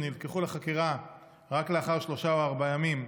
שנלקחו לחקירה רק לאחר שלושה או ארבעה ימים,